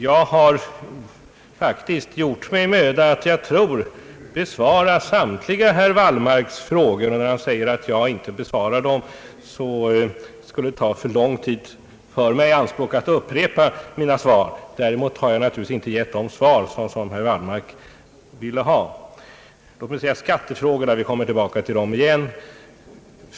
Jag har faktiskt gjort mig möda att som jag tror besvara samtliga herr Wallmarks frågor. Han säger visserligen att jag inte besvarat dem, men det skulle ta för lång tid för mig att upprepa mina svar. Däremot har jag naturligtvis inte gett de svar som herr Wallmark ville ha. Vi kommer tillbaka till skattefrågorna igen.